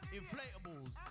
inflatables